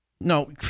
No